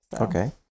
Okay